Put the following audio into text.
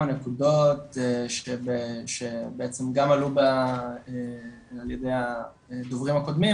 נקודות שבעצם גם עלו על ידי הדוברים הקודמים,